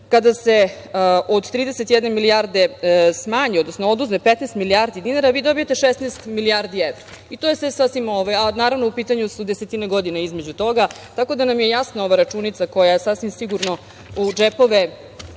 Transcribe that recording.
kada se od 31 milijarde smanji, odnosno oduzme 15 milijardi dinara vi dobijete 16 milijardi evra. To je sve sasvim… Naravno, u pitanju su desetine godina između toga, tako da nam je jasna ova računica koja je sasvim sigurno u džepove